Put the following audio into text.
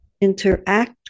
interact